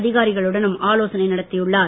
அதிகாரிகளுடனும் ஆலோசனை நடத்தியுள்ளார்